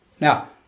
Now